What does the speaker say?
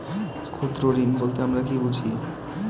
ক্ষুদ্র ঋণ বলতে আমরা কি বুঝি?